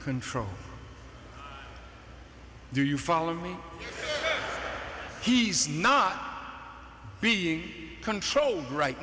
control do you follow him he's not being controlled right